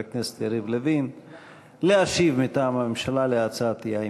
הכנסת יריב לוין להשיב מטעם הממשלה על הצעת האי-אמון.